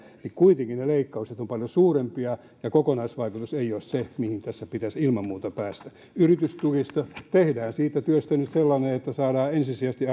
niin kuitenkin ne leikkaukset ovat paljon suurempia ja kokonaisvaikutus ei ole se mihin tässä pitäisi ilman muuta päästä yritystuista tehdään siitä työstä nyt sellaista että saadaan ensisijaisesti